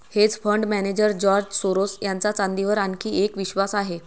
hedge fund manager George Soros यांचा चांदीवर आणखी एक विश्वास आहे